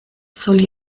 soll